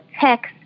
text